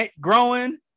growing